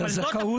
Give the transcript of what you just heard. אבל הזכאות